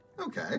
okay